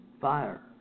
fire